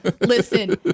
listen